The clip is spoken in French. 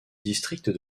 district